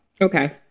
Okay